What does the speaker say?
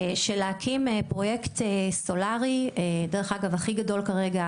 של להקים פרויקט סולארי, דרך אגב הכי גדול כרגע